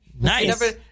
Nice